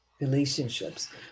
relationships